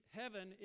heaven